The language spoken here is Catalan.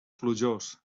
plujós